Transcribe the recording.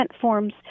forms